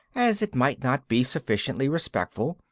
as it might not be sufficiently respectful,